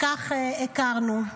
וכך הכרנו.